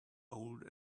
old